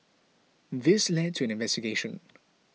this led to an investigation